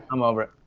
i'm over it.